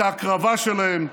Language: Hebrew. את ההקרבה שלהם,